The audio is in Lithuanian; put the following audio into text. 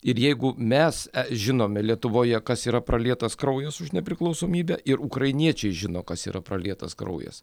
ir jeigu mes žinome lietuvoje kas yra pralietas kraujas už nepriklausomybę ir ukrainiečiai žino kas yra pralietas kraujas